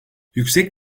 yüksek